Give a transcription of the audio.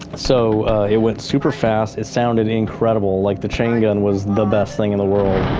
so it went super fast. it sounded incredible. like, the chain gun was the best thing in the world.